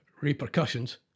repercussions